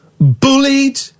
bullied